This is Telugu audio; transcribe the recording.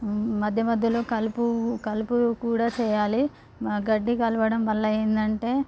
మధ్య మధ్యలో కలుపు కూడా చేయాలి గడ్డి కలవడం వల్ల ఏందంటే